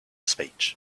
speech